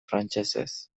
frantsesez